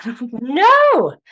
No